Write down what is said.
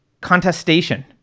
contestation